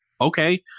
okay